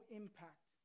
impact